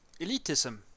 elitism